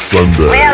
Sunday